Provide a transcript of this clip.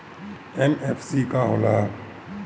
MFC का हो़ला?